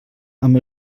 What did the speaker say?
amb